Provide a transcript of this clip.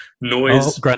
Noise